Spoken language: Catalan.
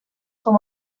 com